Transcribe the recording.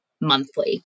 monthly